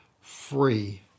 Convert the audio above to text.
free